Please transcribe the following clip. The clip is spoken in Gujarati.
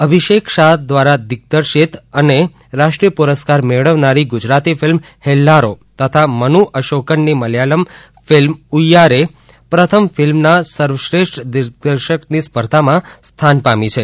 અભિષેક શાહ દ્વારા દિગ્દર્શિક અને રાષ્ટ્રીય પુરસ્કાર મેળવનારી ગુજરાતી ફિલ્મ હેલ્લારો તથા મનુ અશોકનની મલયાલમ ફિલ્મ ઉથારે પ્રથમ ફિલ્મના સર્વશ્રેષ્ઠ દિગ્દર્શકની સ્પર્ધામાં સ્થાન પામી છે